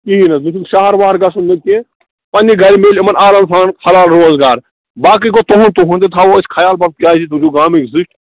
کِہینۍ حظ نہٕ چھُکھ شَہَر وَہر گژھُن نہ کینٛہہ پنٛنہِ گَر مِلہِ یِمَن آرام سان حلال روزگار باقٕے گوٚو تُہُنٛد تُہُنٛد تہِ تھاوو أسۍ خیال بہ کیازِ تُہۍ چھو گامٕکۍ زٕٹھۍ